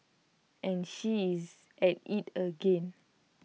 and she is at IT again